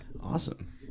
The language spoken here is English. Awesome